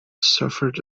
suffered